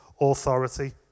authority